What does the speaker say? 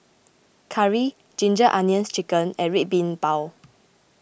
Curry Ginger Onions Chicken and Red Bean Bao